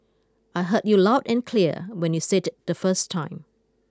I heard you loud and clear when you said it the first time